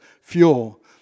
fuel